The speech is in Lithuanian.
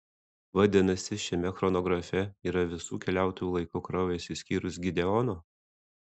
vadinasi šiame chronografe yra visų keliautojų laiku kraujas išskyrus gideono